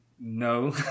No